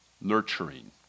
nurturing